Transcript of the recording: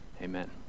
Amen